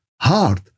heart